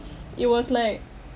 it was like